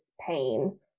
pain